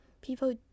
people